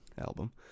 album